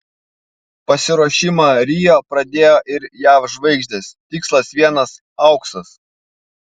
pasiruošimą rio pradėjo ir jav žvaigždės tikslas vienas auksas